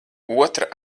otra